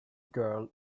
girl